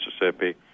Mississippi